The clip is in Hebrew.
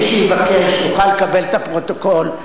מי שיבקש יוכל לקבל את הפרוטוקול,